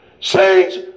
Saints